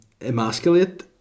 emasculate